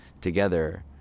together